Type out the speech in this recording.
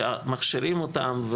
שמכשירים אותם.